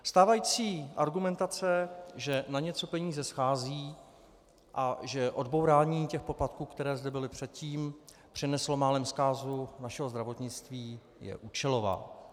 Stávající argumentace, že na něco peníze schází a že odbourání těch poplatků, které zde byly předtím, přineslo málem zkázu našeho zdravotnictví, je účelová.